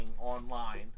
online